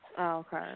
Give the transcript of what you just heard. Okay